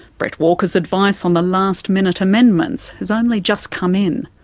bret walker's advice on the last-minute amendments has only just come in.